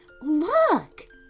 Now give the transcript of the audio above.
Look